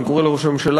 אני קורא לראש הממשלה,